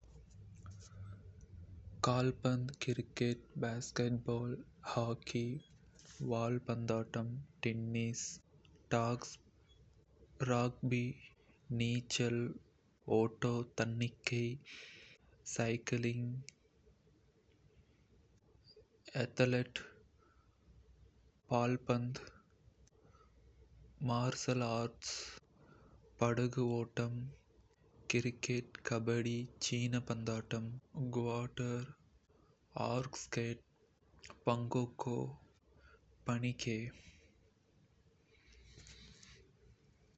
கால்பந்து cricket basketball hockey வால் பந்தாட்டம் டென்னிஸ் ஆட்டோமொபைல் ரேசிங் பங்களாட் டாக்ஸ் அகரத் ரக்பி விற்ளிப்பெட்டி நீச்சல் ஒட்டோ தன்னிகை சைக்கிளிங் ஏத்தலெட் ஃபிக்ஸ் பால்பந்து snooker shooting martial arts wushu சோர்கியூப் பளூன் போட்டி கிராஃப்ட் பந்து ஸ்னூக்கர் பிலியர்ட்ஸ் படகு ஓட்டம் ஹெலிகாப்டர் ரேசிங் கிறிகெட் கபடி சீன பந்தாட்டம் புறநகர ஓட்டம் குவாட்டர் ஆர்இஸ்கேட் பங்கோக்கொ பனிகோ